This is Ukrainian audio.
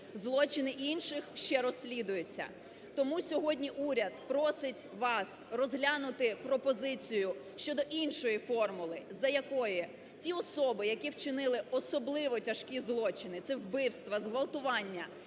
Злочини інших ще розслідуються, тому сьогодні уряд просить вас розглянути пропозицію щодо іншої формули, за якої ті особи, які вчинили особливо тяжкі злочини – це вбивства, зґвалтування,